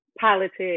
politics